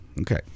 Okay